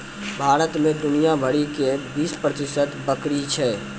भारत मे दुनिया भरि के बीस प्रतिशत बकरी छै